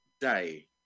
day